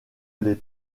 les